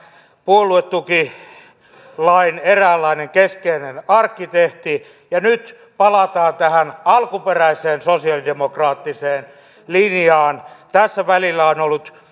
puoluetukilain eräänlainen keskeinen arkkitehti ja nyt palataan tähän alkuperäiseen sosialidemokraattiseen linjaan tässä välillä on ollut